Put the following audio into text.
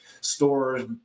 stores